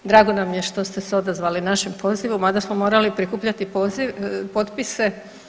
Drago nam je što ste se odazvali našem pozivu mada smo morali prikupljati potpise.